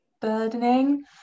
burdening